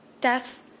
Death